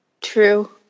true